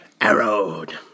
Arrowed